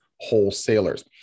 wholesalers